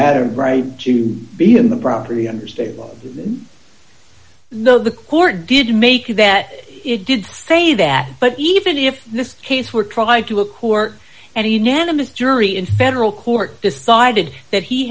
had a right to be in the property under state law no the court did make that it did say that but even if this case were tried to a court and a unanimous jury in federal court decided that he